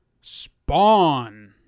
Spawn